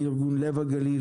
מארגון 'לב בגליל',